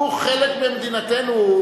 הוא חלק ממדינתנו,